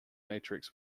matrix